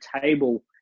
table